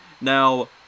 now